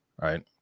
Right